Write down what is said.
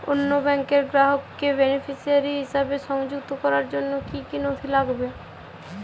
অন্য ব্যাংকের গ্রাহককে বেনিফিসিয়ারি হিসেবে সংযুক্ত করার জন্য কী কী নথি লাগবে?